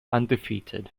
undefeated